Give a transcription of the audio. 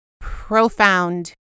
profound